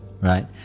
right